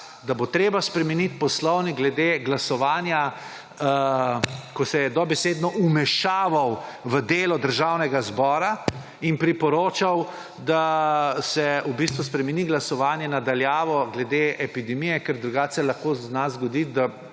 da bo treba spremeniti poslovnik glede glasovanja, ko se je dobesedno vmešaval v delo Državnega zbora in priporočal, da se v bistvu spremeni glasovanje na daljavo glede epidemije, ker drugače se zna zgoditi, da